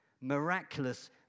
miraculous